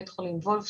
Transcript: בית חולים וולפסון,